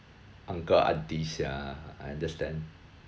uncle aunties ya I understand